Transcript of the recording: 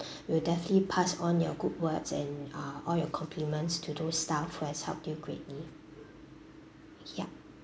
we'll definitely pass on your good words and uh all your compliments to those staff who has helped you greatly yup